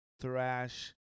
thrash